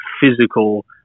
physical